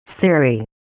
Siri